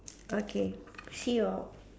okay see you out